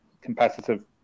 competitive